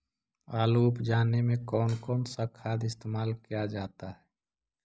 आलू उप जाने में कौन कौन सा खाद इस्तेमाल क्या जाता है?